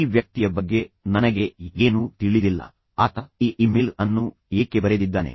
ಈ ವ್ಯಕ್ತಿಯ ಬಗ್ಗೆ ನನಗೆ ಏನೂ ತಿಳಿದಿಲ್ಲ ಆತ ಈ ಇಮೇಲ್ ಅನ್ನು ಏಕೆ ಬರೆದಿದ್ದಾನೆ